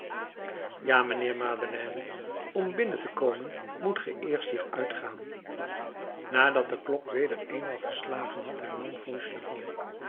ja mijnheer madeleine om binnen te komen moet ge eerst hier uitgaan nadat de klok weder eenmaal geslagen had hernam fauchelevent